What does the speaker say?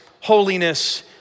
holiness